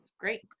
great